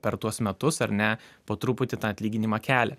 per tuos metus ar ne po truputį tą atlyginimą kelia